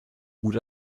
gut